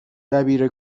دبیر